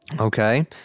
Okay